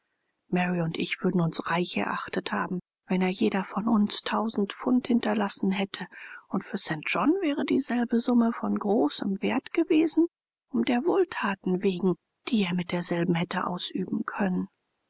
mary und ich würden uns reich erachtet haben wenn er jeder von uns tausend pfund hinterlassen hätte und für st john wäre dieselbe summe von großem wert gewesen um der wohlthaten wegen die er mit derselben hätte ausüben können